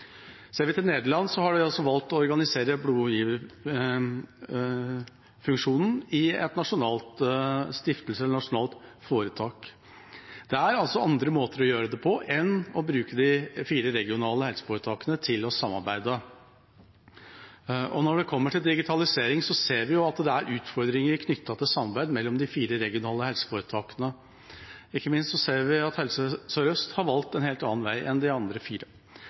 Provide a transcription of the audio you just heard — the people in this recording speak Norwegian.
Ser vi til Nederland, har en valgt å organisere blodgiverfunksjonen i en nasjonal stiftelse, et nasjonalt foretak. Det er altså andre måter å gjøre det på enn å bruke de fire regionale helseforetakene til å samarbeide. Når det kommer til digitalisering, ser vi at det er utfordringer knyttet til samarbeid mellom de fire regionale helseforetakene. Ikke minst ser vi at Helse Sør-Øst har valgt en helt annen vei enn de tre andre.